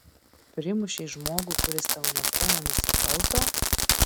primušei žmogų kuris tau niekuo nenusikalto